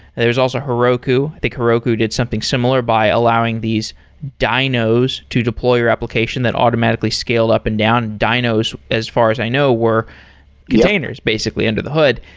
there's also heroku. i think heroku did something similar by allowing these dynos to deploy your application that automatically scale up and down. dynos as far as i know, were containers basically under the hood.